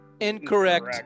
Incorrect